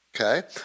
Okay